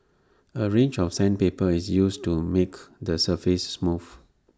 A range of sandpaper is used to make the surface smooth